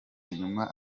nyuma